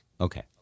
Okay